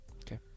Okay